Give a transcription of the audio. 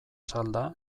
salda